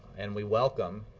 and we welcome